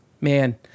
Man